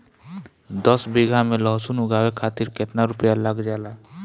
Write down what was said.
दस बीघा में लहसुन उगावे खातिर केतना रुपया लग जाले?